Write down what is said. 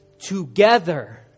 Together